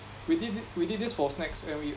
we did thi~ we did this for snacks and we